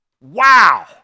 Wow